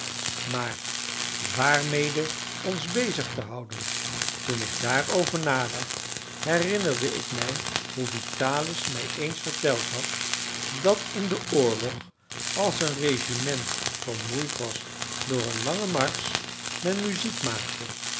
maar waarmede ons bezig te houden toen ik daarover nadacht herinnerde ik mij hoe vitalis mij eens verteld had dat in den oorlog als een regiment vermoeid was door een langen marsch men muziek maakte